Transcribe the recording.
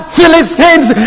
Philistines